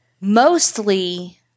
Mostly